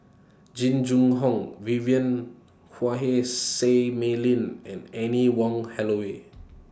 Jing Jun Hong Vivien Quahe Seah Mei Lin and Anne Wong Holloway